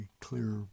clear